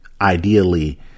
ideally